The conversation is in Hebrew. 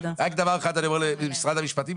רק דבר אחד אני אומר למשרד המשפטים,